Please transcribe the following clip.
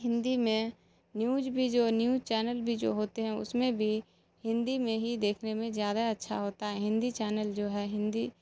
ہندی میں نیوج بھی جو نیوج چینل بھی جو ہوتے ہیں اس میں بھی ہندی میں ہی دیکھنے میں زیادہ اچھا ہوتا ہے ہندی چینل جو ہے ہندی